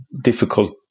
difficult